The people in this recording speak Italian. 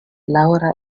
laura